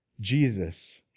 Jesus